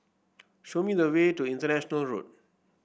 show me the way to International Road